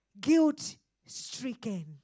guilt-stricken